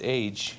age